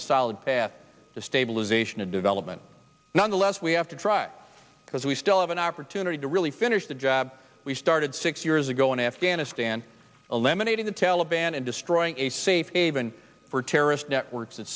a solid path to stabilization and development nonetheless we have to drive because we still have an opportunity to really finish the job we started six years ago in afghanistan eliminating the taliban and destroying a safe haven for terrorist networks